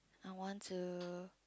I want to